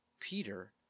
Peter